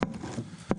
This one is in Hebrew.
בבקשה.